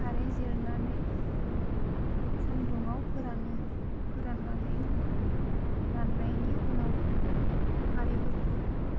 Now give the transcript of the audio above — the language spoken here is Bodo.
खारै जिरनानै सानदुंआव फोरानो फोरान्नानै राननायनि उनाव खारैफोरखौ